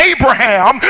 Abraham